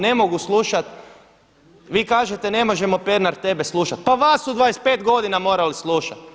Ne mogu slušati, vi kažete ne možemo Pernar tebe slušati, pa vas su 25 godina morali slušati.